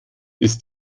ist